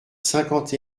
cinquante